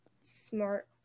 smart